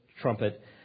trumpet